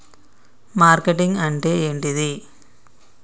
Marketing అంటే ఏంటిది?